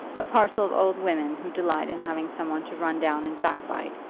a parcel of old women who delight in having some one to run down and backbite.